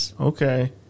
Okay